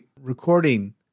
recording